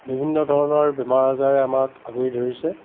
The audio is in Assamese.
বিভিন্ন ধৰণৰ বেমাৰ আজাৰে আমাক আগুৰি ধৰিছে